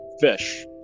fish